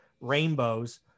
rainbows